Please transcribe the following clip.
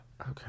Okay